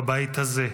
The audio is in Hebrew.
בבית הזה.